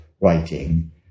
writing